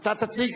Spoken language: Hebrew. אתה תציג?